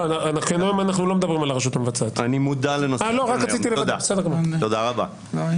מעט מן הנזקים שבית המשפט העליון גרם ב-30 ומשהו השנים